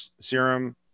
serum